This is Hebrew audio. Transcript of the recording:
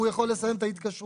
הוא יכול לסיים את ההתקשרות,